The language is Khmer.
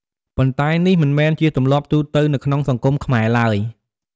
ប៉ុន្តែនេះមិនមែនជាទម្លាប់ទូទៅនៅក្នុងសង្គមខ្មែរឡើយ។